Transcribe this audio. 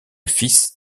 fils